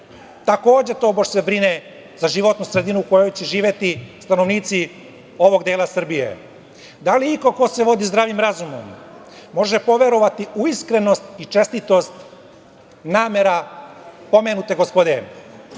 takođe tobož se brine za životnu sredinu u kojoj će živeti stanovnici ovog dela Srbije. Da li iko ko se vodi zdravim razumom može poverovati u iskrenost i čestitost namera pomenute gospode?